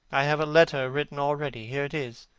i have a letter written already. here it is.